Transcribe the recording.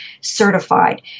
certified